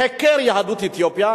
חקר יהדות אתיופיה,